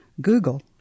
Google